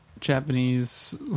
Japanese